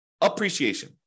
appreciation